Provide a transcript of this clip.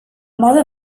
mode